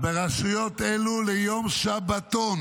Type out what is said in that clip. -- כיום שבתון